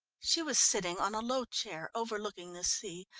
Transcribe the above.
she was sitting on a low chair overlooking the sea,